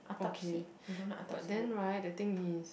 okay but then right the thing is